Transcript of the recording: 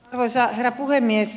arvoisa herra puhemies